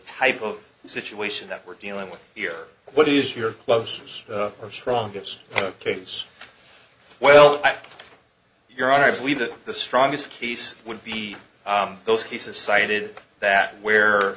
type of situation that we're dealing with here what is your closers or strongest case well your honor i believe that the strongest case would be those cases cited that where